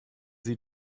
sie